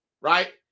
right